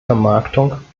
vermarktung